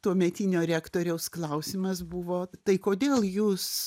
tuometinio rektoriaus klausimas buvo tai kodėl jūs